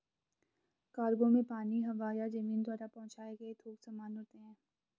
cargo में पानी, हवा या जमीन द्वारा पहुंचाए गए थोक सामान होते हैं